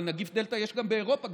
אבל נגיף דלתא יש גם באירופה,